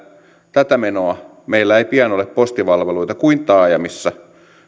tätä menoa meillä ei pian ole postipalveluita kuin taajamissa